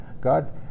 God